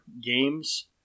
games